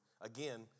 again